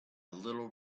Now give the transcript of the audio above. little